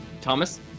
Thomas